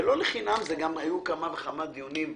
ולא לחינם גם היו כמה וכמה דיונים,